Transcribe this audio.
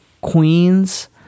queens